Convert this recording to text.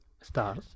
Stars